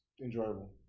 enjoyable